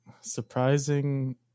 surprising